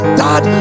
dad